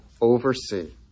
oversee